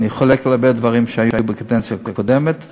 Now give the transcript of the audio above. אני חולק על הרבה דברים שהיו בקדנציה הקודמת,